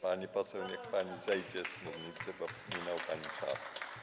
Pani poseł, niech pani zejdzie z mównicy, bo minął pani czas.